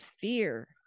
fear